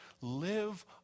live